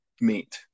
meet